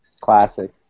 Classic